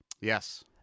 Yes